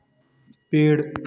पेड़